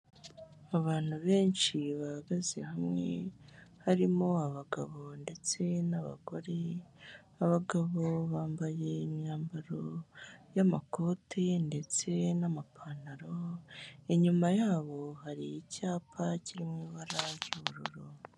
Abantu benshi bahagaze hamwe, harimo abagabo ndetse n'abagore, abagabo bambaye imyambaro y'amakote ndetse n'amapantaro, inyuma yabo hari icyapa kiririmo ibara ry'ubururu.